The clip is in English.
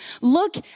look